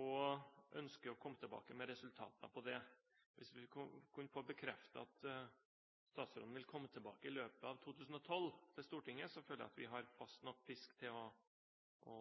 og ønsker å komme tilbake med resultater der. Hvis vi kunne få bekreftet at statsråden vil komme tilbake til Stortinget i løpet av 2012, føler jeg at vi har fast nok fisk til å